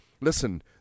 listen